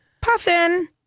Puffin